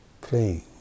praying